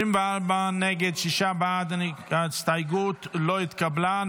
24 נגד, שישה בעד, ההסתייגות לא התקבלה.